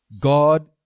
God